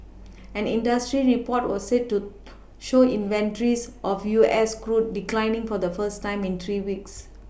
an industry report was said to show inventories of U S crude declined the first time in three weeks